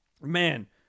man